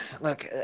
Look